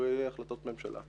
תלויי החלטות ממשלה.